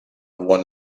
one